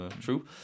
true